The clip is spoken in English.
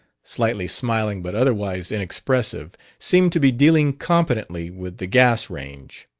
slightly smiling but otherwise inexpressive, seemed to be dealing competently with the gas-range.